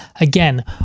Again